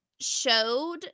showed